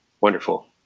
Wonderful